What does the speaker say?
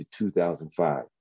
2005